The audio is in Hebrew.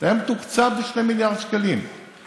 היה מתוקצב ב-2 מיליארד שקלים.